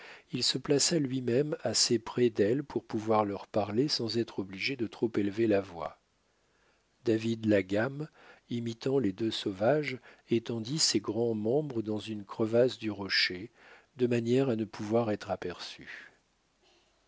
il se plaça lui-même assez près d'elles pour pouvoir leur parler sans être obligé de trop élever la voix david la gamme imitant les deux sauvages étendit ses grands membres dans une crevasse du rocher de manière à ne pouvoir être aperçu